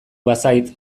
bazait